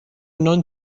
نان